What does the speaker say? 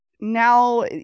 now